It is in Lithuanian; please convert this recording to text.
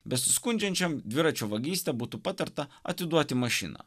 besiskundžiančiam dviračio vagyste būtų patarta atiduoti mašiną